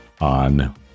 on